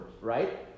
right